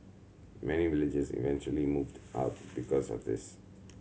many villagers eventually moved out because of this